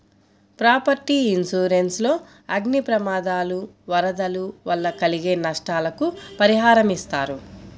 property insurance లో అగ్ని ప్రమాదాలు, వరదలు వల్ల కలిగే నష్టాలకు పరిహారమిస్తారు